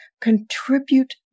contribute